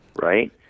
Right